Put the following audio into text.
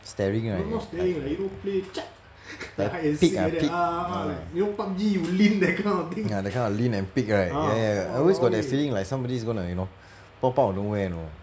staring right like like peek ah peek ah ya that kind of lean and peek right ya ya ya I always got that feeling like somebody is going to you know pop out of nowhere you know